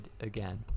again